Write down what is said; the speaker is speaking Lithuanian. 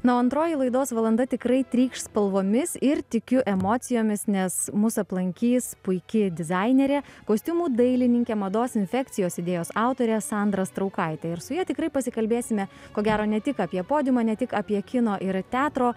na o antroji laidos valanda tikrai trykš spalvomis ir tikiu emocijomis nes mus aplankys puiki dizainerė kostiumų dailininkė mados infekcijos idėjos autorė sandra straukaitė ir su ja tikrai pasikalbėsime ko gero ne tik apie podiumą ne tik apie kino ir teatro